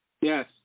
Yes